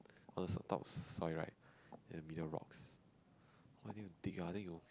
on the top soil right then the middle rocks !wah! then you dig ah then you